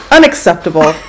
Unacceptable